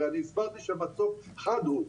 הרי אני הסברתי שהמצוק אחד הוא,